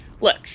look